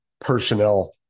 personnel